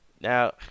Now